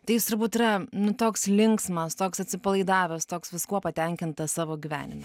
tai jis turbūt yra nu toks linksmas toks atsipalaidavęs toks viskuo patenkintas savo gyvenime